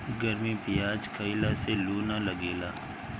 गरमी में पियाज खइला से लू ना लागेला